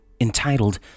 entitled